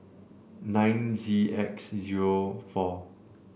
nine Z X zero four